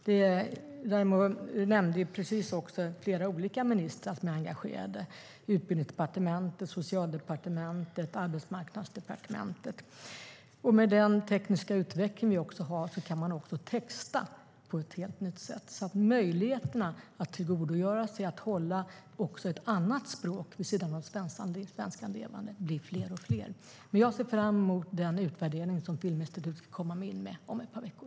Raimo nämnde också att flera olika ministrar är engagerade - i Utbildningsdepartementet, Socialdepartementet och Arbetsmarknadsdepartementet. Den tekniska utvecklingen gör att man kan texta på ett helt nytt sätt. Möjligheterna att tillgodogöra sig ett annat språk och hålla det levande vid sidan av svenskan blir fler och fler. Jag ser fram mot den utvärdering som Filminstitutet ska komma med om ett par veckor.